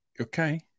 Okay